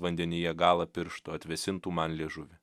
vandenyje galą piršto atvėsintų man liežuvį